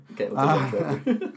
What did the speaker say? Okay